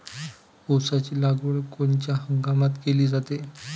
ऊसाची लागवड कोनच्या हंगामात केली जाते?